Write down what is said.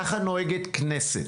ככה נוהגת כנסת.